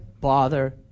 bother